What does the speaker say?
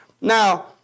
Now